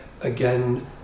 again